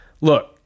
look